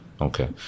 okay